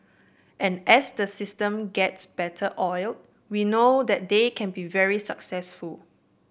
and as the system gets better oil we know that they can be very successful